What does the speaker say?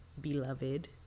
Beloved